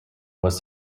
was